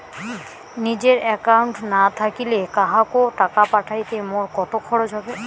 নিজের একাউন্ট না থাকিলে কাহকো টাকা পাঠাইতে মোর কতো খরচা হবে?